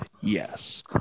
Yes